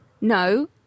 no